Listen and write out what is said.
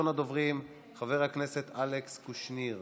ראשון הדוברים, חבר הכנסת אלכס קושניר.